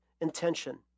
intention